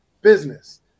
business